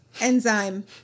Enzyme